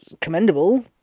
commendable